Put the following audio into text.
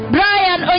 Brian